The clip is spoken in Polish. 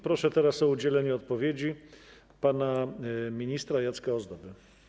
Proszę teraz o udzielenie odpowiedzi pana ministra Jacka Ozdobę.